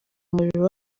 umuriro